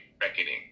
reckoning